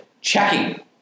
checking